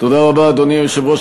אדוני היושב-ראש,